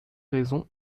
raisons